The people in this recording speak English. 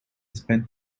spent